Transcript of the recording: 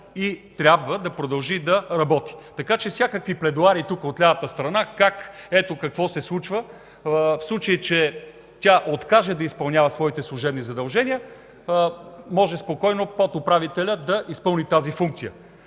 и трябва да продължи да работи. Така че всякакви пледоарии от лявата страна какво се случва в случай, че тя откаже да изпълнява своите служебни задължения, може спокойно подуправителят да изпълни тази функция,